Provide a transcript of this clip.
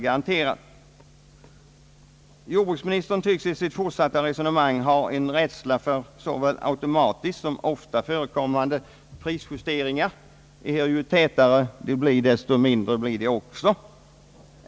Jordbruksministern tycks i sitt fortsatta resonemang ha en rädsla för såväl automatiskt som ofta förekommande prisjusteringar, ehuru dessa naturligtvis blir mindre ju tätare de görs.